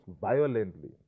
violently